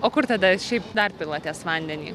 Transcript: o kur tada šiaip dar pilatės vandenį